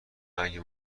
مگه